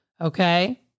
okay